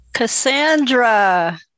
Cassandra